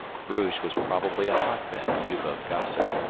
bruges was probably a hot-bed of u-boat gossip,